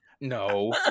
No